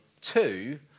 two